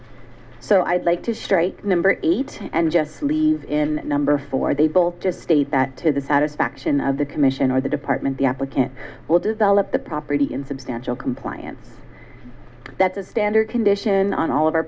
so i'd like to strike number eight and just leave in number four they both just state that to the satisfaction of the commission or the department the applicant will develop the property in substantial compliance that's a standard condition on all of our